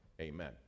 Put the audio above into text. Amen